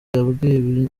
yabwiye